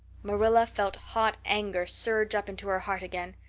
marilla felt hot anger surge up into her heart again.